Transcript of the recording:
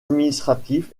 administratif